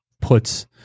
puts –